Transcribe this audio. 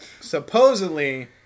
Supposedly